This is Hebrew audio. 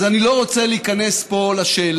אז אני לא רוצה להיכנס פה לשאלה